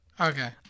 Okay